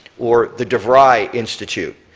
or the devry institute.